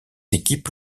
équipes